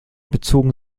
bezogen